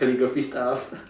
calligraphy stuff